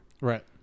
Right